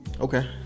okay